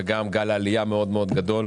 וגם גל עלייה מאוד גדול.